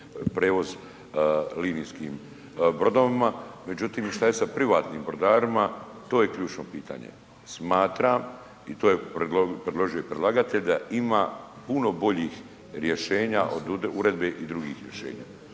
prijevoz linijskim brodovima, međutim šta je sa privatnim brodarima to je ključno pitanje. Smatram i to je predložio i predlagatelj da ima puno boljih rješenja od uredbe i drugih rješenja.